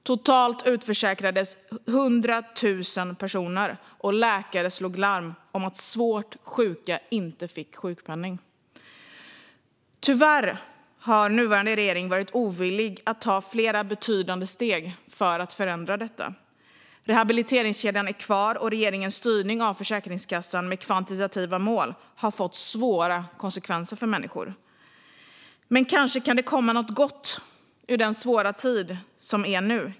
Totalt utförsäkrades 100 000 personer, och läkare slog larm om att svårt sjuka inte fick sjukpenning. Tyvärr har nuvarande regering varit ovillig att ta flera betydande steg för att förändra detta. Rehabiliteringskedjan är kvar, och regeringens styrning av Försäkringskassan med kvantitativa mål har fått svåra konsekvenser för människor. Men kanske kan det komma något gott ur den svåra tid som råder nu.